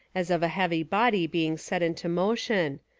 as of a heavy body being set into motion,